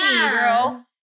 girl